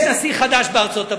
יש נשיא חדש בארצות-הברית,